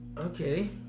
Okay